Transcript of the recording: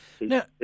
Now